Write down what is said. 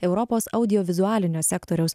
europos audiovizualinio sektoriaus